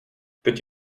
teď